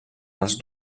els